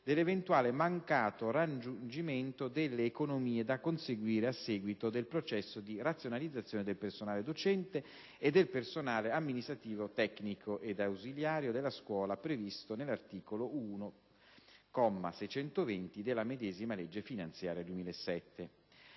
dell'eventuale mancato raggiungimento delle economie da conseguire a seguito del processo di razionalizzazione del personale docente e del personale amministrativo, tecnico ed ausiliario della scuola, previsto nell'articolo 1, comma 620, della medesima legge finanziaria 2007.